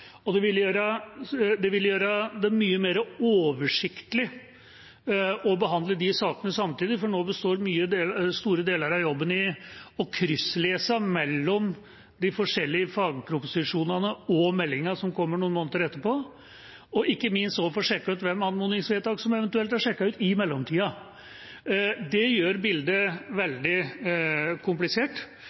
gjøre det mye mer oversiktlig å behandle de sakene samtidig, for nå består store deler av jobben i å krysslese de forskjellige fagproposisjonene og meldinga, som kommer noen måneder etterpå, og ikke minst også få sjekket hvilke anmodningsvedtak som eventuelt er sjekket ut i mellomtida. Det gjør bildet veldig komplisert,